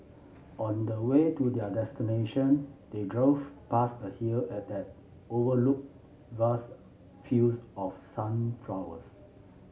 on the way to their destination they drove past a hill and that overlook vast fields of sunflowers